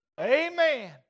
Amen